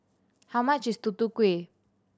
how much is Tutu Kueh